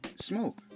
smoke